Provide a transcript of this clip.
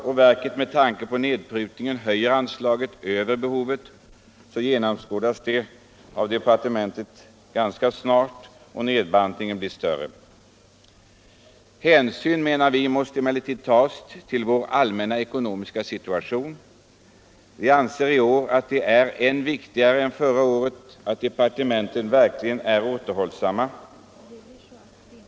Om verket med tanke på nedprutningen höjer sitt anslagsäskande över behovet genomskådas det ganska snart av departementet, och nedbantningen blir större. Hänsyn måste emellertid tas, menar vi, till vår allmänna ekonomiska situation. Vi anser att det i år är än viktigare än förra året att departementen verkligen är återhållsamma.